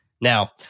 Now